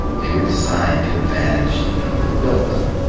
they were designed to advantage the people who built them,